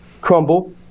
crumble